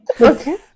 Okay